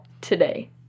today